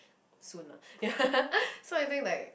soon lah so I think like